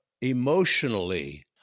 emotionally